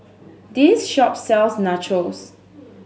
this shop sells Nachos